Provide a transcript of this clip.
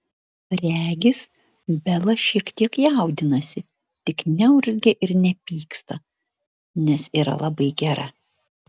regis bela šiek tiek jaudinasi tik neurzgia ir nepyksta nes yra labai gera